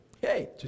Hey